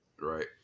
Right